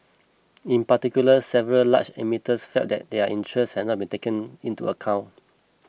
in particular several large emitters felt that their interests had not been taken into account